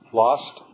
lost